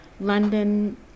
London